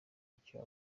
icyo